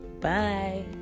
Bye